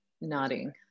nodding